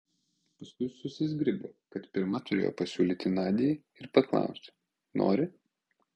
paskui susizgribo kad pirma turėjo pasiūlyti nadiai ir paklausė nori